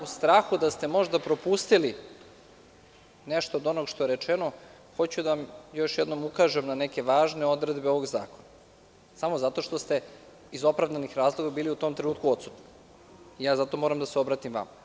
U strahu da ste možda propustili nešto od onoga što je rečeno, hoću da vam još jednom ukažem na neke važne odredbe ovog zakona, samo zato što ste iz opravdanih razloga bili u tom trenutku odsutni i ja zato moram da se obratim vama.